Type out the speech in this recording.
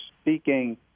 speaking